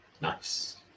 Nice